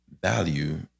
value